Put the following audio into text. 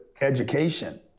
education